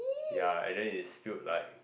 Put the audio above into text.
ya then it spilled like